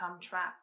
trapped